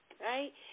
right